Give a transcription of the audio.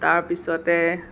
তাৰপিছতে